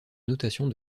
notation